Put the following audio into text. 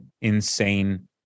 insane